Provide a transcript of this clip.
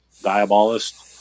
diabolist